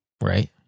Right